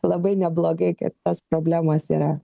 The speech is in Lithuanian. labai neblogai kad tos problemos yra